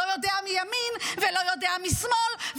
לא יודע מימין ולא יודע משמאל,